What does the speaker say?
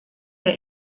der